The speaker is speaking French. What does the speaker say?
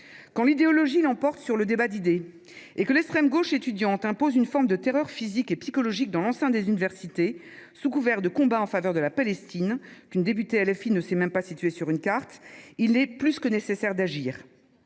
Quand l’idéologie l’emporte sur le débat d’idées et que l’extrême gauche étudiante impose une forme de terreur physique et psychologique dans l’enceinte des universités, sous couvert de combat en faveur de la Palestine – territoire qu’une députée LFI a été incapable de situer sur une carte !–, il est plus que nécessaire d’agir.